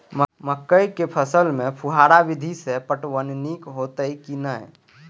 मकई के फसल में फुहारा विधि स पटवन नीक हेतै की नै?